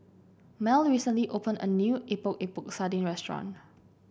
Mell recently opened a new Epok Epok Sardin restaurant